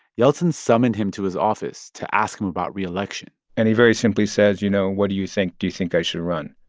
yeltsin summoned him to his office to ask him about re-election and he very simply says, you know, what do you think? do you think i should run?